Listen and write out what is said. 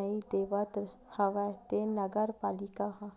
नइ देवत हवय ते नगर पालिका ह